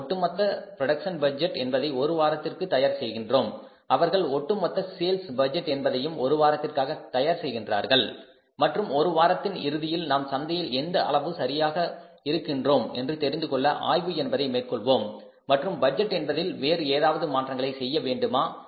நாம் ஒட்டுமொத்த production budget என்பதை ஒரு வாரத்திற்காக தயார் செய்கின்றோம் அவர்கள் ஒட்டுமொத்த சேல்ஸ் பட்ஜெட் என்பதையும் ஒரு வாரத்திற்காக தயார் செய்கின்றார்கள் மற்றும் ஒரு வாரத்தின் இறுதியில் நாம் சந்தையில் எந்த அளவு சரியாக இருக்கின்றோம் என்று தெரிந்துகொள்ள ஆய்வு என்பதை மேற்கொள்வோம் மற்றும் பட்ஜெட் என்பதில் வேறு ஏதாவது மாற்றங்களை செய்ய வேண்டுமா